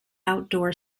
outdoor